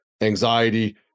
anxiety